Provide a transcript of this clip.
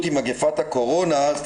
עם מגפת הקורונה במצגת של אדווה,